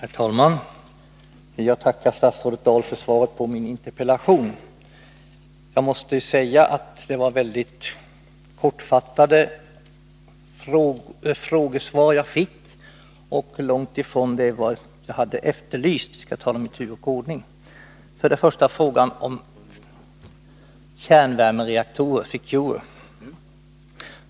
Herr talman! Jag tackar statsrådet Dahl för svaret på min interpellation. Det var väldigt kortfattade svar jag fick på frågorna och långt ifrån vad jag hade efterlyst. Jag tar dem i tur och ordning. För det första frågan om kärnvärmereaktorn Secure.